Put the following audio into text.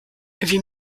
wie